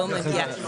לא מגיעה,